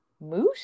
Moose